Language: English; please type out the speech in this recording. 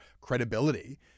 credibility –